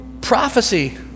Prophecy